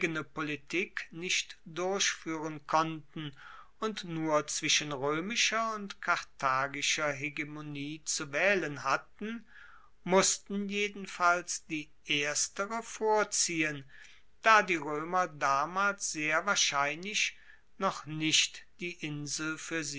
politik nicht durchfuehren konnten und nur zwischen roemischer und karthagischer hegemonie zu waehlen hatten mussten jedenfalls die erstere vorziehen da die roemer damals sehr wahrscheinlich noch nicht die insel